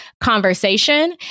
conversation